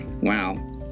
Wow